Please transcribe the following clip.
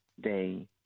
day